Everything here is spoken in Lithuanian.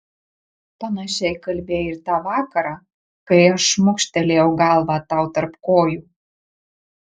panašiai kalbėjai ir tą vakarą kai aš šmukštelėjau galvą tau tarp kojų